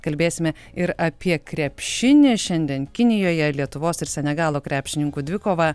kalbėsime ir apie krepšinį šiandien kinijoje lietuvos ir senegalo krepšininkų dvikova